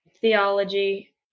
theology